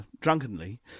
Drunkenly